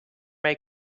may